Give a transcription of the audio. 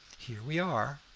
here we are.